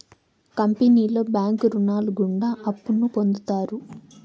కంపెనీలో బ్యాంకు రుణాలు గుండా అప్పును పొందుతారు